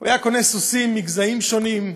הוא היה קונה סוסים מגזעים שונים,